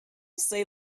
say